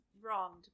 wronged